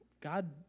God